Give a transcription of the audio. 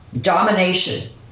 domination